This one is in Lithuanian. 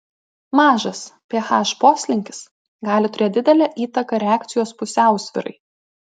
mažas ph poslinkis gali turėti didelę įtaką reakcijos pusiausvyrai